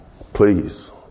Please